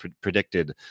predicted